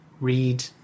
read